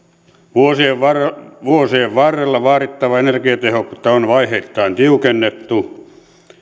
määritelmä vuosien varrella vaadittavaa energiatehokkuutta on vaiheittain tiukennettu